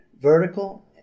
vertical